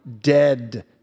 dead